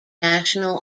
national